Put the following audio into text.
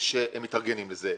שהם מתארגנים לזה.